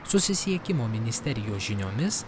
susisiekimo ministerijos žiniomis